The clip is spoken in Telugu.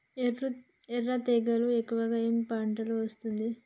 ఎర్ర తెగులు ఎక్కువగా ఏ పంటలో వస్తుంది?